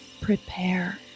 prepare